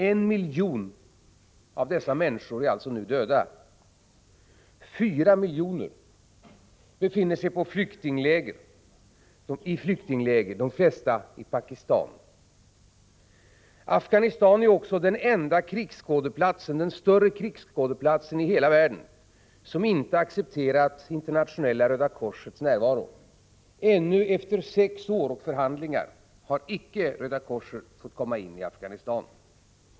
1 miljon av dessa människor är alltså nu döda. 4 miljoner befinner sig i flyktingläger, de flesta i Pakistan. Afghanistan är också den enda större krigsskådeplatsen i hela världen som inte accepterat Internationella röda korsets närvaro. Ännu efter sex år av förhandlingar har icke Röda korset fått komma in i Afghanistan.